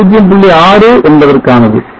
6 என்பதற்கானது